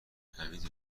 حمید